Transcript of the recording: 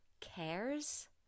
cares